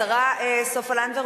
השרה סופה לנדבר,